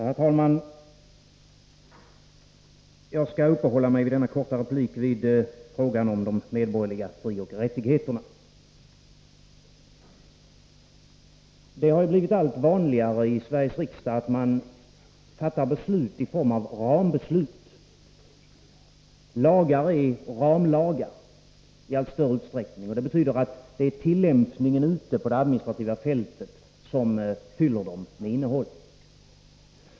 Herr talman! Jag skall i denna korta replik uppehålla mig vid frågan om de medborgerliga frioch rättigheterna. I Sveriges riksdag har det blivit allt vanligare att man fattar beslut som har formen av rambeslut. Lagar är ramlagar i allt större utsträckning. Det betyder att det är tillämpningen ute på det administrativa fältet som fyller dem med innehåll.